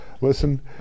listen